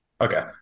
okay